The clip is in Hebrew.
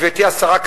גברתי השרה,